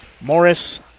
Morris